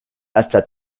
hasta